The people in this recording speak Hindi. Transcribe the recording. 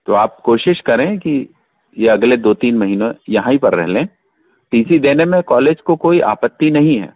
तो आप कोशिश करें की ये अगले दो तीन महीनों यहीं पर रह ले टी सी देने में कॉलेज को कोई आपत्ति नहीं है